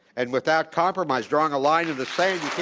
and without compromise, drawing a line in the sand,